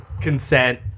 consent